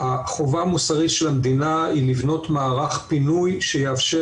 החובה המוסרית של המדינה היא לבנות מערך פינוי שיאפשר